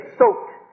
soaked